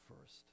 first